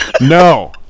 no